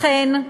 לכן,